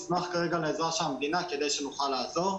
נשמח כרגע לעזרה של המדינה כדי שנוכל לעזור.